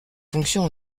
fonctions